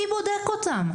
מי בודק אותם?